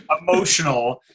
emotional